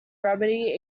remedy